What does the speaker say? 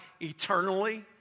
eternally